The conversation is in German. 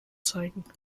zeigen